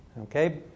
Okay